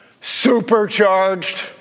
supercharged